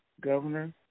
governor